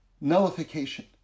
nullification